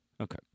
Okay